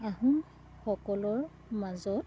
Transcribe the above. আহোম সকলৰ মাজত